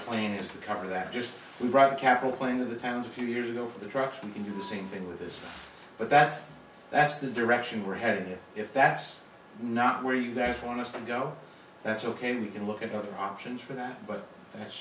plane is the car that just brought the capital plane of the town's a few years ago for the trucks we can do the same thing with this but that's that's the direction we're headed if that's not where you guys want us to go that's ok we can look at other options for that but that's